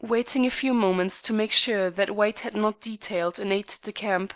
waiting a few moments to make sure that white had not detailed an aide-de-camp